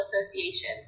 Association